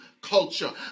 culture